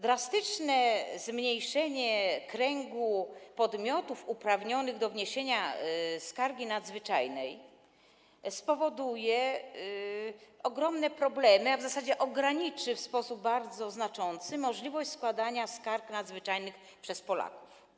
Drastyczne zmniejszenie kręgu podmiotów uprawnionych do wniesienia skargi nadzwyczajnej spowoduje ogromne problemy, a w zasadzie ograniczy w sposób bardzo znaczący możliwość składania skarg nadzwyczajnych przez Polaków.